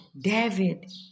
David